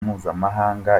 mpuzamahanga